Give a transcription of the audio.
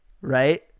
right